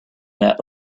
that